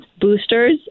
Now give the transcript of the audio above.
boosters